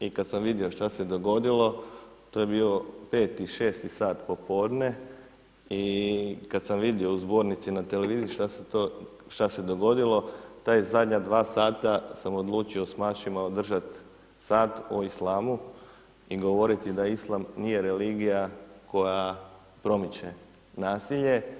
i kada sam vidio što se je dogodilo, to je bio 5, 6 sat popodne i kada sam vidio u zbornici, na televiziji što se je dogodilo, ta zadnja dva sata sam odlučio osmašima održati sat o islamu, i govoriti da Islam nije religija koja promiče nasilje.